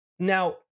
Now